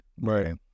Right